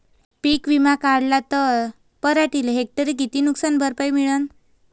पीक विमा काढला त पराटीले हेक्टरी किती नुकसान भरपाई मिळीनं?